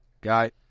guy